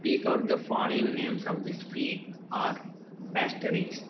speak out the following names of the sweet or pastries